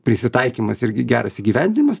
prisitaikymas irgi geras įgyvendimas